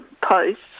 posts